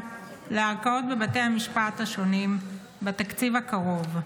לערכאות בבתי המשפט השונים בתקציב הקרוב,